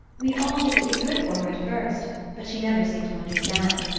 we all did what we could for her at first but she never seemed to understand.